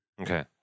Okay